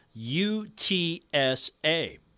UTSA